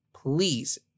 Please